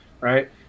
right